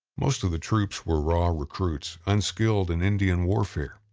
most of the troops were raw recruits unskilled in indian warfare.